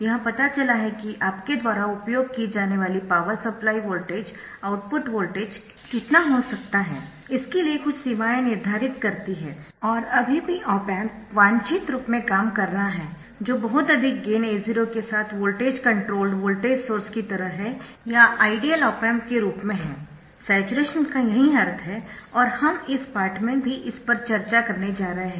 यह पता चला है कि आपके द्वारा उपयोग की जाने वाली power supply voltage output voltage कितना हो सकता है इसके लिए कुछ सीमाएं निर्धारित करती है और अभी भी ऑप एम्प वांछित रूप में काम कर रहा है जो बहुत अधिक गेन A0 के साथ वोल्टेज कंट्रोल्ड वोल्टेज सोर्स की तरह है या आइडियल ऑप एम्प के रूप में है सयचुरेशन का यही अर्थ है और हम इस पाठ में भी इस पर चर्चा करने जा रहे है